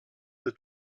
the